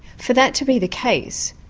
for that to be the case,